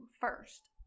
first